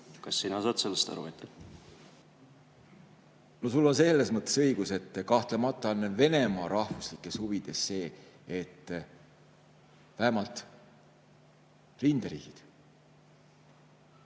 Kas sina saad sellest aru? Sul on selles mõttes õigus, et kahtlemata on Venemaa rahvuslikes huvides see, et vähemalt rinderiigid,